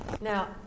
Now